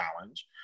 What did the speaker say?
challenge